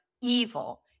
evil